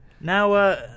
now